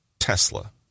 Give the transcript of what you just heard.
Tesla